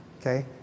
okay